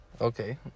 Okay